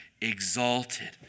exalted